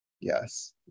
Yes